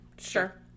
Sure